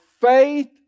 faith